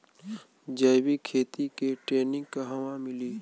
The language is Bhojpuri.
जैविक खेती के ट्रेनिग कहवा मिली?